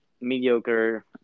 mediocre